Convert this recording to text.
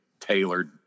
tailored